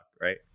right